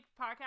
podcast